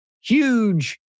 huge